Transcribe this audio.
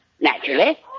Naturally